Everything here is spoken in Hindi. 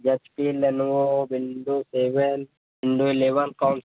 यच P Lenovo window seven window eleven कौन